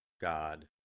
God